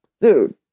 dude